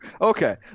okay